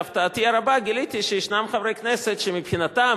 להפתעתי הרבה גיליתי שישנם חברי כנסת שמבחינתם